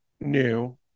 new